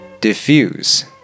Diffuse